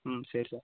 ம் சரி சார்